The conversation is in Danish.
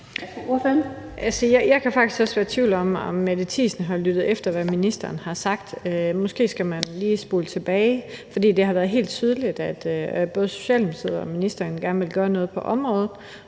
faktisk også være i tvivl om, om Mette Thiesen har lyttet efter, hvad ministeren har sagt. Måske skal man lige spole tilbage, for det har været helt tydeligt, at både Socialdemokratiet og ministeren gerne vil gøre noget på området.